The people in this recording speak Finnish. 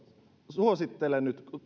suosittelen nyt